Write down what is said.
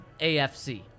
AFC